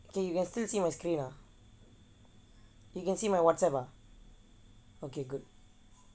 okay you can still see my screen ah you can see my WhatsApp ah okay good